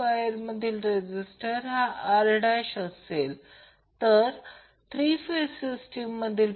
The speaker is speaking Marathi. तर आता दोन वायर सिंगल फेज सिस्टीमसाठी जी या आकृतीतून आहे I L VL PL VL असेल म्हणून तो एक रेजिस्टीव्ह लोड आहे